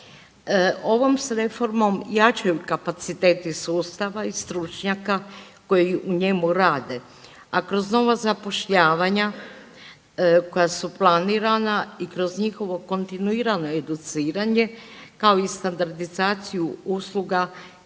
Ovom se reformom jačaju kapaciteti sustava i stručnjaka koji u njemu rade, a kroz novo zapošljavanja koja su planirana i kroz njihovo kontinuirano educiranje kao i standardizaciju usluga